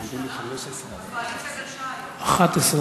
אמרו לי 15. 11 דקות.